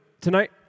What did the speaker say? tonight